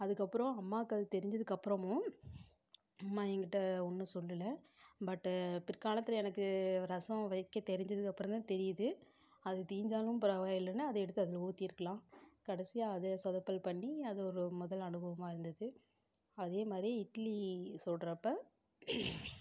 அதுக்கப்றம் அம்மாவுக்கு அது தெரிஞ்சதுக்கப்புறமும் அம்மா என்கிட்ட ஒன்றும் சொல்லல பட்டு பிற்காலத்தில் எனக்கு ரசம் வைக்க தெரிஞ்சதுக்கப்புறந்தான் தெரியுது அது தீஞ்சாலும் பரவாயில்லைன்னு அதை எடுத்து அதில் ஊற்றியிருக்கலாம் கடைசியாக அதை சொதப்பல் பண்ணி அது ஒரு முதல் அனுபவமாக இருந்தது அதே மாதிரி இட்லி சுடுறப்ப